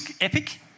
epic